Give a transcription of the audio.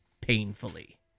painfully